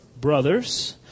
brothers